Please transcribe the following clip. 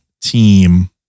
team